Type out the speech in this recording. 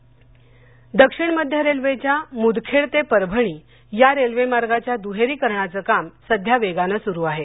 railway दक्षिण मध्य रेल्वेच्या मुदखेड ते परभणी या रेल्वे मार्गाच्या दूहेरीकरणाचं काम सध्या वेगानं सुरू आहे